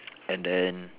and then